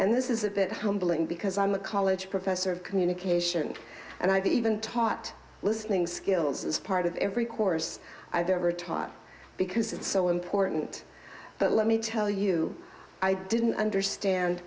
and this is a bit humbling because i'm a college professor of communication and i've even taught listening skills as part of every course i've ever taught because it's so important but let me tell you i didn't understand